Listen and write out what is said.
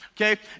Okay